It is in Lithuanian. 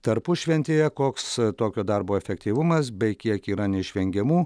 tarpušventyje koks tokio darbo efektyvumas bei kiek yra neišvengiamų